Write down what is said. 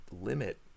limit